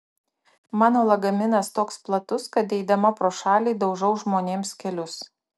mano lagaminas toks platus kad eidama pro šalį daužau žmonėms kelius